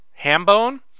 Hambone